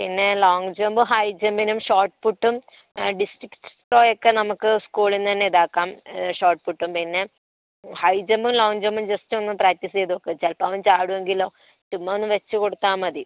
പിന്നെ long jump high ജമ്പിനും ഷോട്ട്പുട്ടും ഡിസ്റ്റിക്സ് ത്രോയൊക്കെ നമുക്ക് സ്കൂളിൽ നിന്ന് തന്നെ ഇതാക്കാം ഷോട്ട്പുട്ടും പിന്നെ ഹൈ ജമ്പും ലോങ്ങ് ജമ്പും ജസ്റ്റൊന്ന് പ്രാക്ടീസ് ചെയ്ത് നോക്ക് ചിലപ്പോൾ അവൻ ചാടുമെങ്കിലോ ചുമ്മ ഒന്ന് വച്ചു കൊടുത്താൽ മതി